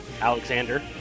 Alexander